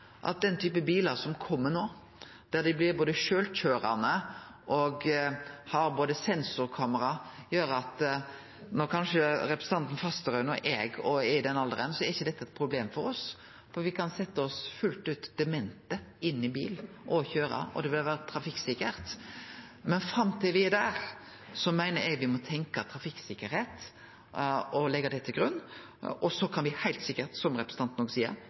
at den typen bilar som kjem no, som både blir sjølvkøyrande og har sensorkamera, kanskje gjer at når representanten Fasteraune og eg er i den alderen, er ikkje dette eit problem for oss, for me kan setje oss fullt ut demente inn i bilen og køyre , og det vil vere trafikksikkert. Men fram til me er der, meiner eg me må tenkje trafikksikkerheit og leggje det til grunn. Så kan me heilt sikkert, som representanten